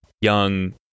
young